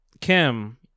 kim